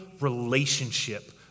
relationship